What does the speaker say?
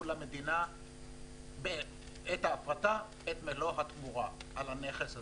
למדינה בעת ההפרטה את מלוא התמורה על הנכס הזה.